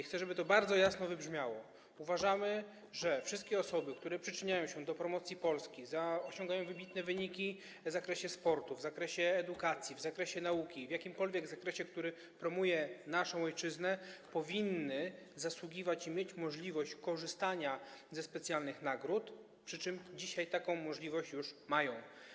Chcę, żeby to bardzo jasno wybrzmiało: uważamy, że wszystkie osoby, które przyczyniają się do promocji Polski, osiągają wybitne wyniki w zakresie sportu, w zakresie edukacji, w zakresie nauki, w jakimkolwiek zakresie, który promuje naszą ojczyznę, zasługują na to i powinny mieć możliwość korzystania ze specjalnych nagród, przy czym dzisiaj taką możliwość już mają.